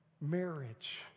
marriage